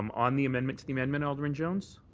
um on the amendment to the amendment, alderman jones.